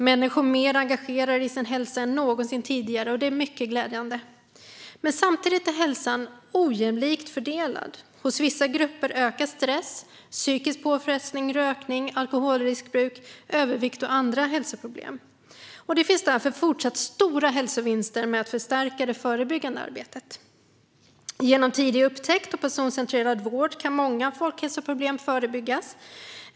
Människor är mer engagerade i sin hälsa än någonsin tidigare, och det är mycket glädjande. Men samtidigt är hälsan ojämlikt fördelad. Hos vissa grupper ökar stress, psykisk påfrestning, rökning, alkoholriskbruk, övervikt och andra hälsoproblem. Det finns därför fortfarande stora hälsovinster med att förstärka det förbyggande arbetet. Genom tidig upptäckt och personcentrerad vård kan många folkhälsoproblem förebyggas.